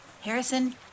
Harrison